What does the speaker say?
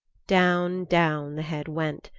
down, down the head went.